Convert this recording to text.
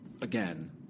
again